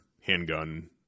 handgun